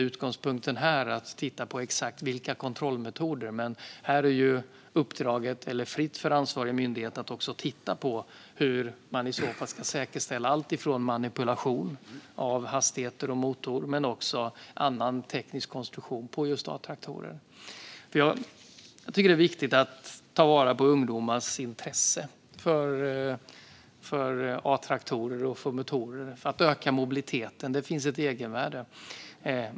Utgångspunkten här är inte att titta på exakt vilka kontrollmetoder som ska användas, men det är fritt för ansvarig myndighet att också titta på alltifrån manipulation av hastigheter och motor till annan teknisk konstruktion när det gäller just A-traktorer. Jag tycker att det är viktigt att ta vara på ungdomars intresse för Atraktorer och motorer för att öka mobiliteten; det finns ett egenvärde i detta.